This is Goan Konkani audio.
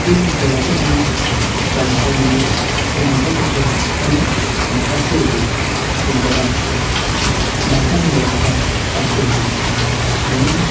एक दिसवड्याच्या कामाक जाणारो मनीस कमयता कितलें पाचशें रुपये पूण तेका बायकान मोडप जाता पांचशें रुपये म्हणून